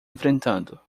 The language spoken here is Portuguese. enfrentando